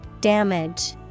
Damage